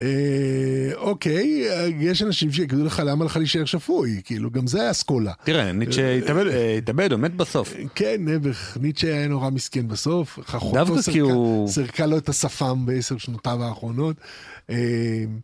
אוקיי, יש אנשים שיגידו לך "למה לך להישאר שפוי?", כאילו, גם זה אסכולה. - תראה, ניטשה התאבד, אה... התאבד, הוא מת בסוף. - כן, נבך, ניטשה היה נורא מסכן בסוף... - דווקא כי הוא... - אחותו סרקה לו את השפם בעשר שנותיו האחרונות... אה...